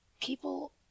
people